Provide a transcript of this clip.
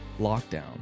lockdown